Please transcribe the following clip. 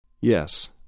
Yes